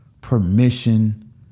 permission